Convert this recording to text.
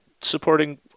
supporting